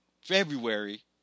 February